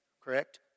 Correct